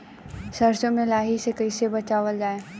सरसो में लाही से कईसे बचावल जाई?